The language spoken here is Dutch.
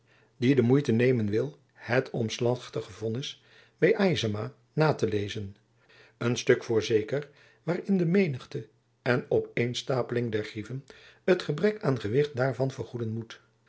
die de moeite nemen wil het omslachtige vonnis by aitzema na te lezen een stuk voorzeker waarin de menigte en opeenstapeling der grieven het gebrek aan gewicht daarvan vergoeden moet